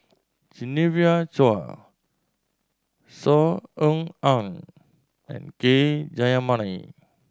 Genevieve Chua Saw Ean Ang and K Jayamani